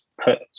put